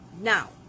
now